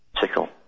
Tickle